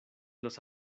los